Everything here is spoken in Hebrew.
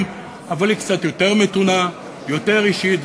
אבל היא קצת יותר מתונה ויותר אישית,